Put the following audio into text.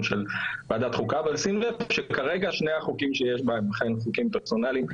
של ועדת החוקה בשים לב שכרגע שני החוקים שאכן יש בהם חוקים פרסונליים.